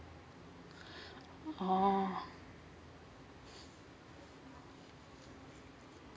oh